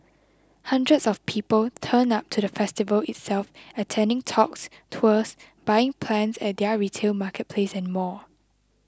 hundreds of people turned up to the festival itself attending talks tours buying plants at their retail marketplace and more